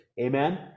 amen